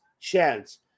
chance